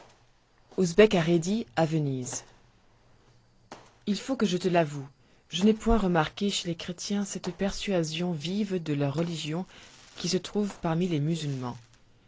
à rhédi à venise i l faut que je te l'avoue je n'ai point remarqué chez les chrétiens cette persuasion vive de leur religion qui se trouve parmi les musulmans